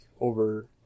over